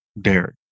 Derek